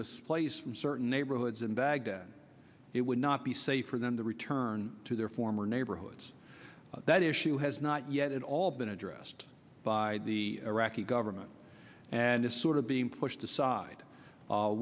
displaced from certain neighborhoods in baghdad it would not be safe for them to return to their former neighborhoods that issue has not yet at all been addressed by the iraqi government and is sort of being pushed aside